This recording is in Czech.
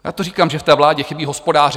Já to říkám, že ve vládě chybí hospodáři.